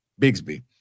Bigsby